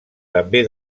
també